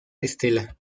estela